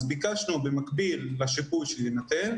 ביקשנו במקביל לשיפוי שיינתן,